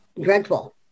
dreadful